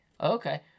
Okay